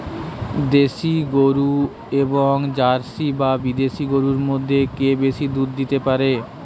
দেশী গরু এবং জার্সি বা বিদেশি গরু মধ্যে কে বেশি দুধ দিতে পারে?